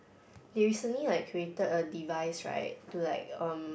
they recently like created a device right to like um